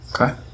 Okay